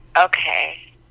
Okay